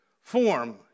form